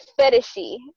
fetishy